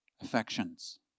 affections